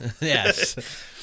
Yes